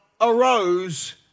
arose